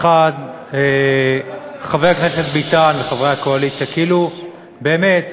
האחד, חבר הכנסת ביטן וחברי הקואליציה, באמת,